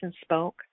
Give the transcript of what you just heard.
spoke